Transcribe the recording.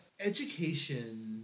education